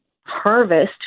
harvest